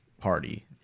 party